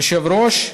היושב-ראש,